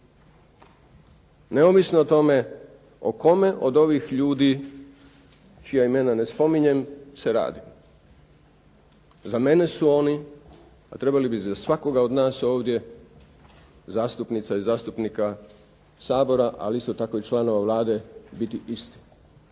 neovisno o tome o kome od ovih ljudi čija imena ne spominjem, se radi. Za mene su oni, a trebali bi za svakoga od nas ovdje zastupnica i zastupnika Sabora, a isto tako i članova Vlade, biti isti.